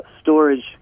storage